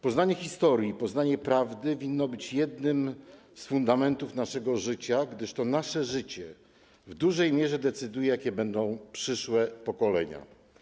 Poznanie historii, poznanie prawdy winno być jednym z fundamentów naszego życia, gdyż to nasze życie w dużej mierze decyduje, jakie będą przyszłe pokolenia.